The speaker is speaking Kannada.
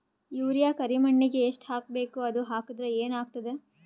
ಯೂರಿಯ ಕರಿಮಣ್ಣಿಗೆ ಎಷ್ಟ್ ಹಾಕ್ಬೇಕ್, ಅದು ಹಾಕದ್ರ ಏನ್ ಆಗ್ತಾದ?